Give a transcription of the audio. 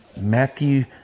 Matthew